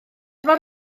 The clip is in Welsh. mor